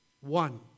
one